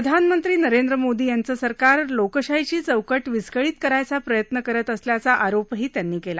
प्रधानमंत्री नरेंद्र मोदी यांचं सरकार लोकशाहीची चौकट विस्कळीत करायचा प्रयत्न करत असल्याचा आरोपही त्यांनी केला